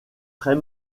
très